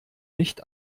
nicht